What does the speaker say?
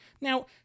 Now